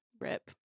rip